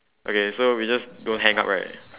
okay so we just don't hang up right